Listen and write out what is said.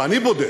ואני בודק,